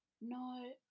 no